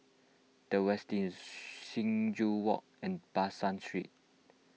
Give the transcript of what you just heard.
the Westin Sing Joo Walk and Ban San Street